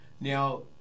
Now